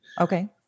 Okay